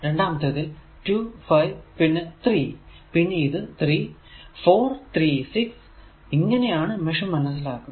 രണ്ടാമത്തേതിൽ 2 5 പിന്നെ 3 പിന്നെ ഇത് 4 3 6 ഇങ്ങനെയാണ് മെഷ് മനസ്സിലാക്കുന്നത്